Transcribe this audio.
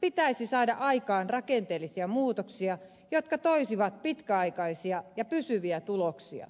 pitäisi saada aikaan rakenteellisia muutoksia jotka toisivat pitkäaikaisia ja pysyviä tuloksia